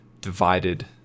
divided